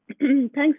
Thanks